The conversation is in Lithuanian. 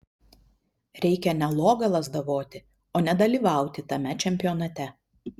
reikia ne logą lazdavoti o nedalyvauti tame čempionate